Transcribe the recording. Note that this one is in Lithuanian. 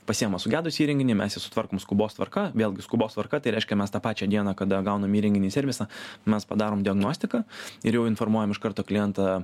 pasiima sugedusį įrenginį mes jį sutvarkom skubos tvarka vėlgi skubos tvarka tai reiškia mes tą pačią dieną kada gaunam įrenginį į servisą mes padarom diagnostiką ir jau informuojam iš karto klientą